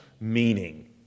meaning